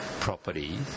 Property